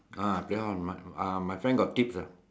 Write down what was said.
ah play horse my uh my friend got tips ah